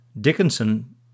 Dickinson